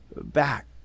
back